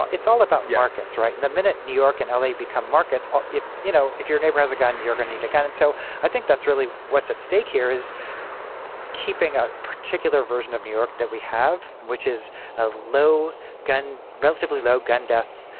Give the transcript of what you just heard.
it's all about markets right in the minute. new york and l a. become markets. if you know, if your neighbor has a gun, you're gonna need a gun. and so i think that's really what's at stake here is keeping a particular version of new york that we have, which is a low gun, relatively low gun death,